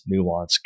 nuanced